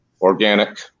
organic